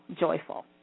joyful